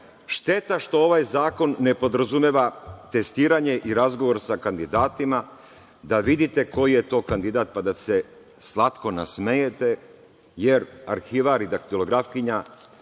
šteta što ovaj zakon ne podrazumeva testiranje i razgovor sa kandidatima da vidite koji je to kandidat, pa da se slatko nasmejete, jer arhivar i daktilografkinja